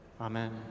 Amen